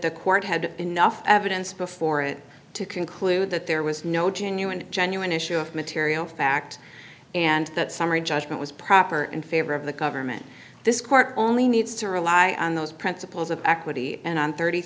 the court had enough evidence before it to conclude that there was no genuine genuine issue of material fact and that summary judgment was proper in favor of the government this court only needs to rely on those principles of equity and on thirty